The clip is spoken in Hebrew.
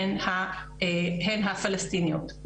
הן הפלסטיניות,